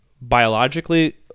biologically